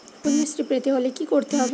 কন্যাশ্রী পেতে হলে কি করতে হবে?